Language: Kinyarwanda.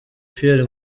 pierre